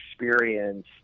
experience